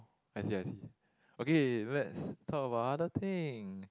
I see I see okay let's talk about other thing